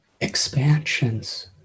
expansions